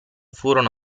furono